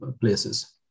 places